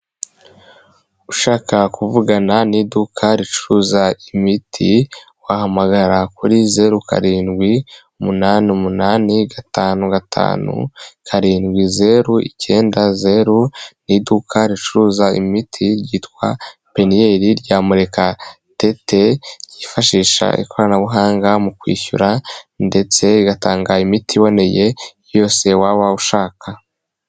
Ushaka kuvugana n'iduka ricuza imiti, wahamagara kuri zeru karindwi, umunani umunani, gatanu gatanu, karindwi zeru, icyenda zeru, ni iduka ricuruza imiti ryitwa Peniyeri rya Murekatete, ryifashisha ikoranabuhanga mu kwishyura ndetse rigatanga imiti iboneye yose waba ushaka.